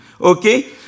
okay